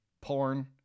porn